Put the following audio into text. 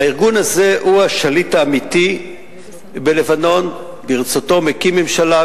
הארגון הזה הוא השליט האמיתי בלבנון: ברצותו מקים ממשלה,